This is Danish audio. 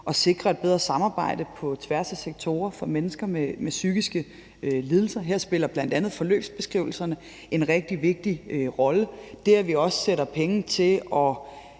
at sikre et bedre samarbejde på tværs af sektorer for mennesker med psykiske lidelser. Her spiller bl.a. forløbsbeskrivelserne en rigtig vigtig rolle. Det, at vi også afsætter penge til at